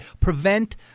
prevent